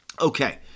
Okay